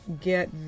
get